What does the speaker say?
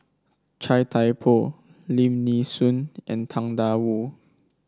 Chia Thye Poh Lim Nee Soon and Tang Da Wu